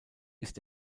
ist